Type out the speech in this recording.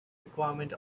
requirements